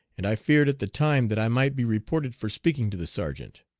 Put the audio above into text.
and i feared at the time that i might be reported for speaking to the sergeant.